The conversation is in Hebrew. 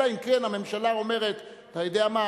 אלא אם כן הממשלה אומרת: אתה יודע מה,